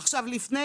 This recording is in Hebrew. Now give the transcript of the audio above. לפני